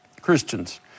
Christians